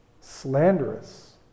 slanderous